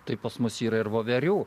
tai pas mus yra ir voverių